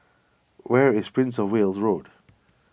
where is Prince of Wales Road